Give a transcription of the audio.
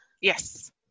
Yes